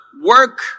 work